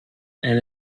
and